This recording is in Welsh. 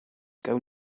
gawn